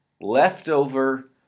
leftover